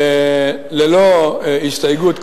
ללא הסתייגות,